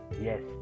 Yes